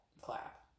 clap